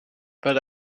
but